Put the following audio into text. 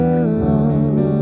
alone